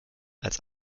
als